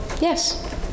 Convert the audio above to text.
Yes